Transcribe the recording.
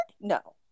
no